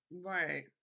Right